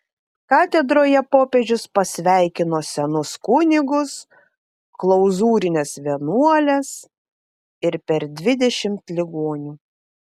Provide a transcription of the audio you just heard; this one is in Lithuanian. katedroje popiežius pasveikino senus kunigus klauzūrines vienuoles ir per dvidešimt ligonių